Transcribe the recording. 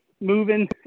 moving